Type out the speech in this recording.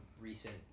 recent